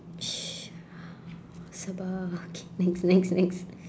sh~ sabar okay next next next